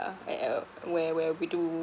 at uh where where we do